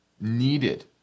needed